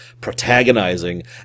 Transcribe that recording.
protagonizing